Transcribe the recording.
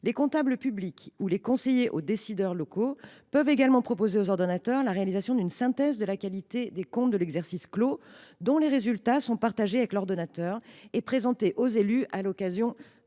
Les comptables publics ou les conseillers aux décideurs locaux peuvent également proposer aux ordonnateurs la réalisation d’une synthèse de la qualité des comptes de l’exercice clos, dont les résultats sont partagés avec l’ordonnateur et présentés aux élus à l’occasion de l’adoption